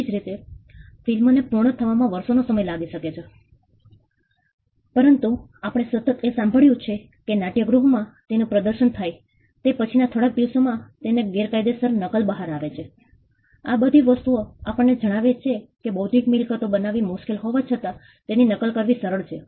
તેવીજ રીતે ફિલ્મ ને પૂર્ણ થવામાં વર્ષો નો સમય લાગી શકે છે પરંતુ આપણે સતત એ સાંભળ્યું છે કે નાટ્યગૃહ માં તેનું પ્રદર્શન થાય તે પછીના થોડા જ દિવસો માં તેની ગેરકાયદેસર નકલ બહાર આવે છે આ બધી વસ્તુઓ આપણને જણાવે છે કે બૌદ્ધિક મિલકતો બનાવવી મુશ્કેલ હોવા છતાં તેની નકલ કરવી સરળ છે